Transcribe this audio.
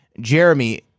Jeremy